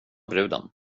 bruden